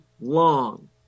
long